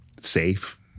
Safe